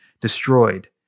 destroyed